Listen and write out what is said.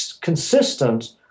consistent